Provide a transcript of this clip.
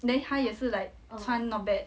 then 他也是 like can not bad